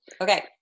Okay